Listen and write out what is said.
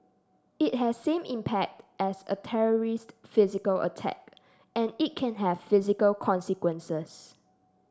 it has same impact as a terrorist physical attack and it can have physical consequences